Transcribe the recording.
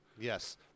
Yes